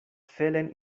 fehlen